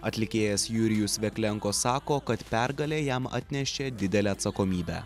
atlikėjas jurijus veklenko sako kad pergalė jam atnešė didelę atsakomybę